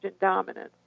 dominance